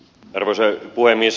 arvoisa puhemies